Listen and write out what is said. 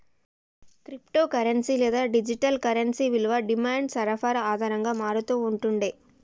crypto currency లేదా digital currency విలువ demand, సరఫరా ఆధారంగా మారతూ ఉంటుండే